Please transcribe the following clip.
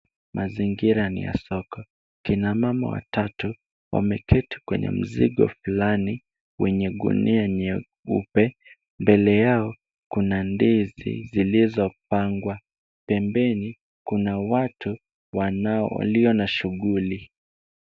Mazingira ni ya soko. Kina mama watatu wameketi kwenye mzigo fulani wenye gunia nyeupe. Mbele yao kuna ndizi zilizopangwa. Pembeni kuna watu walio na shughuli.